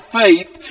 faith